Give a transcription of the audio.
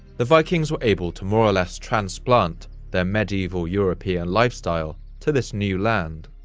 the vikings were able to more or less transplant their medieval european lifestyle to this new land.